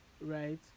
Right